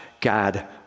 God